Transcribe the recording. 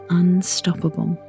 unstoppable